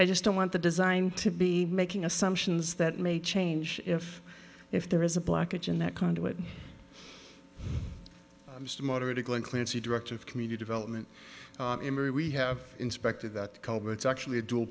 i just don't want the design to be making assumptions that may change if if there is a blockage in that conduit to moderate england clancy director of community development emery we have inspected that cover it's actually a dual